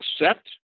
accept